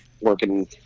working